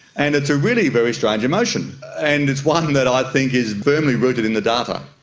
and it's really very strange emotion, and it's one that i think is firmly rooted in the data.